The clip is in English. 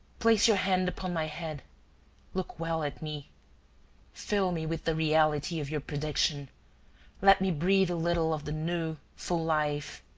place your hand upon my head look well at me fill me with the reality of your prediction let me breathe a little of the new, full life.